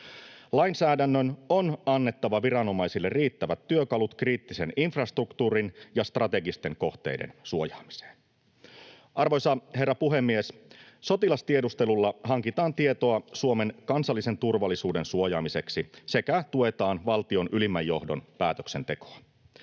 Lainsäädännön on annettava viranomaisille riittävät työkalut kriittisen infrastruktuurin ja strategisten kohteiden suojaamiseen. Arvoisa herra puhemies! Sotilastiedustelulla hankitaan tietoa Suomen kansallisen turvallisuuden suojaamiseksi sekä tuetaan valtion ylimmän johdon päätöksentekoa.